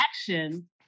action